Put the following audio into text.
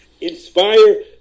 inspire